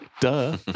Duh